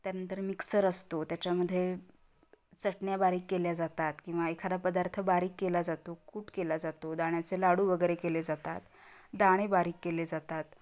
त्यानंतर मिक्सर असतो त्याच्यामध्ये चटण्या बारीक केल्या जातात किंवा एखादा पदार्थ बारीक केला जातो कूट केला जातो दाण्याचे लाडू वगैरे केले जातात दाणे बारीक केले जातात